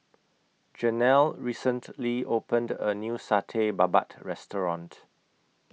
Janelle recently opened A New Satay Babat Restaurant